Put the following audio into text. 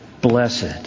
blessed